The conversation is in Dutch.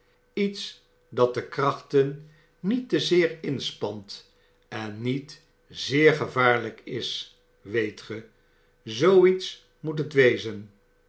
iets dat de krachten niet te zeer inspant en niet zeer gevaarlijk is weet ge zoo iets moet het wezen